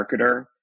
marketer